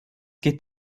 geht